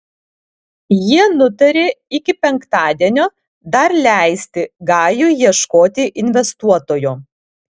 jie nutarė iki penktadienio dar leisti gajui ieškoti investuotojo